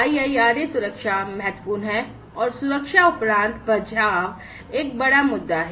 IIRA सुरक्षा महत्वपूर्ण है और सुरक्षा उपरांत बचाव एक बड़ा मुद्दा है